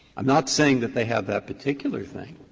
i'm not saying that they have that particular thing,